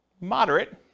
Moderate